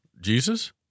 Jesus